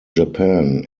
japan